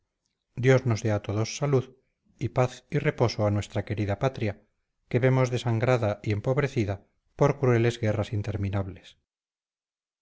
dios nos dé a todos salud y paz y reposo a nuestra querida patria que vemos desangrada y empobrecida por crueles guerras interminables